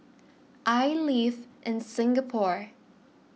I live in Singapore